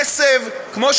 עשב,